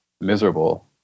miserable